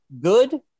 Good